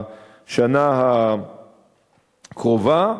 לשנה הקרובה.